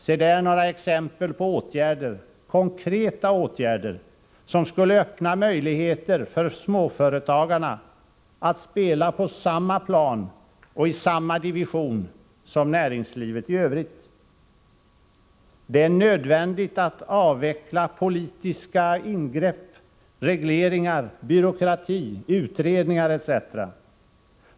Se där några exempel på åtgärder — konkreta åtgärder — som skulle öppna möjligheter för småföretagarna att spela på samma plan och i samma division som näringslivet i övrigt. Det är nödvändigt att avveckla politiska ingrepp, regleringar, byråkrati, utredningar etc.